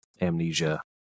amnesia